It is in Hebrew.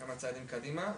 כמה צעדים קדימה.